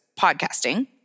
podcasting